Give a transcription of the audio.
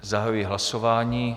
Zahajuji hlasování.